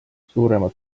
suuremad